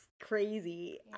crazy